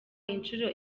inshuro